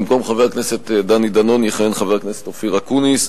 במקום חבר הכנסת דני דנון יכהן חבר הכנסת אופיר אקוניס,